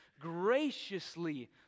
graciously